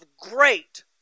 great